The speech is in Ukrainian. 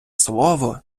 слово